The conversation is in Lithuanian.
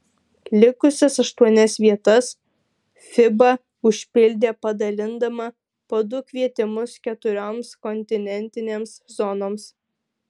likusias aštuonias vietas fiba užpildė padalindama po du kvietimus keturioms kontinentinėms zonoms